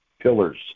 pillars